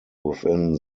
within